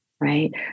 right